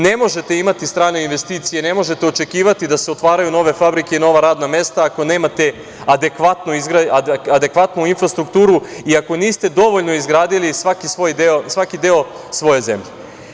Ne možete imati strane investicije, ne možete očekivati da se otvaraju nove fabrike i nova radna mesta ako nemate adekvatnu infrastrukturu i ako niste dovoljno izgradili svaki deo svoje zemlje.